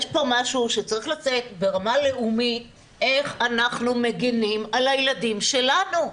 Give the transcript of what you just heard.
יש כבר משהו שצריך לצאת ברמה לאומית איך אנחנו מגנים על הילדים שלנו.